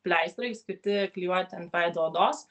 pleistrai skirti klijuoti ant veido odos